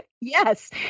Yes